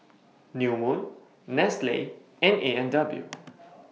New Moon Nestle and A and W